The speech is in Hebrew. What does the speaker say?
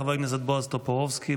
חבר הכנסת בועז טופורובסקי,